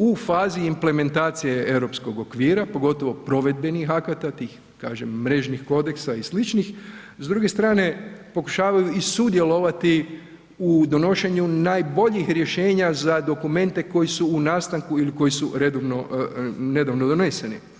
u fazi implementacije europskog okvira pogotovo provedbenih akata, tih kažem mrežnih kodeksa i sličnih, s druge strane, pokušavaju i sudjelovati u donošenju najboljih rješenja za dokumente koji su u nastanku ili koji su nedavno doneseni.